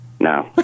No